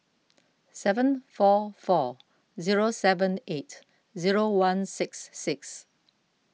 seven four four zero seven eight zero one six six